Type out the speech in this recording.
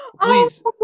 Please